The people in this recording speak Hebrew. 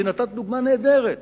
כי נתת דוגמה נהדרת,